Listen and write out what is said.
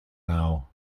now